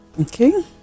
Okay